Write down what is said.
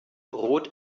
rot